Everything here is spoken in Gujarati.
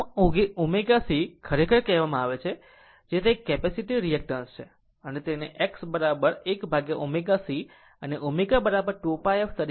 આમ આ ω C ખરેખર કહેવામાં આવે છે જેને તે કરે છે જે કેપેસિટીવ રિએક્ટન્સ છે અને તેને X 1 ω C અને ω 2πf તરીકે રજૂ કરે છે